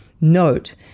Note